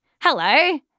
Hello